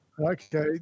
Okay